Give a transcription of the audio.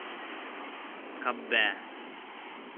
खब्बै